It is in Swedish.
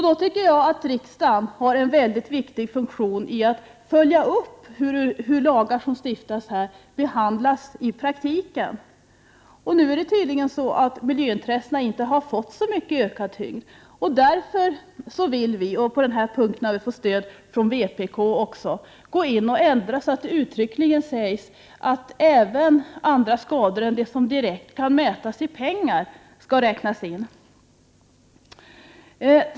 Då tycker jag att riksdagen har en mycket viktig funktion att fylla genom att följa upp hur de lagar som stiftas här behandlas i praktiken. Nu har tydligen inte miljöintressena fått någon ökad tyngd. Därför vill vi — och på den här punkten har vi även fått stöd från vpk — göra en ändring så att det uttryckligt sägs att även andra skador än de som direkt kan mätas i pengar skulle räknas in.